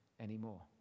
anymore